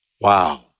Wow